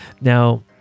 Now